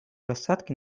рассадки